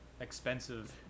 expensive